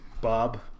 Bob